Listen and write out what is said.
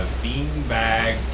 beanbag